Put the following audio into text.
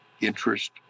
interest